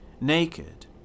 Naked